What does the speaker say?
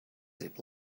zip